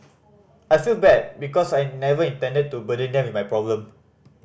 I feel bad because I never intended to burden them with my problem